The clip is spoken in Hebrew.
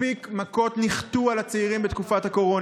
מספיק מכות ניחתו על הצעירים בתקופת הקורונה,